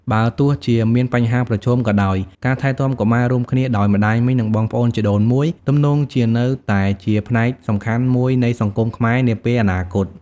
បើទោះជាមានបញ្ហាប្រឈមក៏ដោយ ការថែទាំកុមាររួមគ្នាដោយម្ដាយមីង និងបងប្អូនជីដូនមួយទំនងជានៅតែជាផ្នែកសំខាន់មួយនៃសង្គមខ្មែរនាពេលអនាគត។